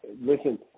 listen